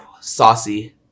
Saucy